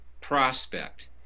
prospect